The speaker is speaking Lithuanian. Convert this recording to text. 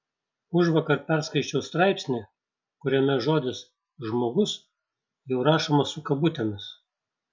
užvakar perskaičiau straipsnį kuriame žodis žmogus jau rašomas su kabutėmis